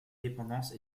dépendance